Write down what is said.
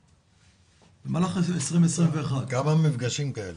במהלך 2021. כמה מפגשים כאלה?